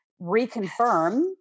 reconfirm